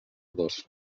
dos